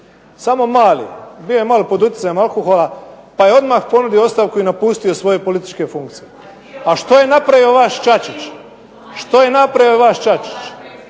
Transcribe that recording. samo mali, bio je malo pod utjecajem alkohola, pa je odmah ponudio ostavku i napustio svoje političke funkcije. A što je napravio vaš Čačić? Što je napravio vaš Čačić?